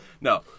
No